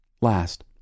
Last